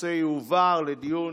הנושא יועבר לדיון